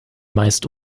meist